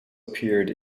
appeared